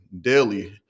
daily